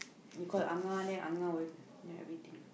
you call Ah-Ngah then Ah-Ngah will know everything